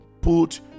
put